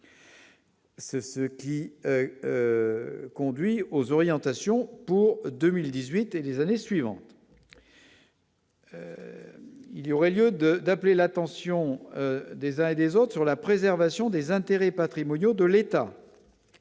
ce qui conduit aux orientations pour 2018 et les années suivantes. Il y aurait lieu de d'appeler l'attention des uns et des autres sur la préservation des intérêts patrimoniaux de l'État.